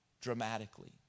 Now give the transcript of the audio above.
dramatically